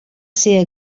ser